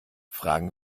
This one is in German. fragen